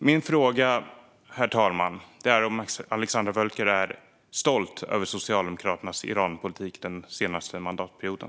Min fråga, herr talman, är om Alexandra Völker är stolt över Socialdemokraternas Iranpolitik den senaste mandatperioden.